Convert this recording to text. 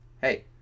hey